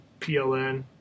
PLN